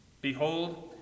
Behold